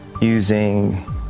using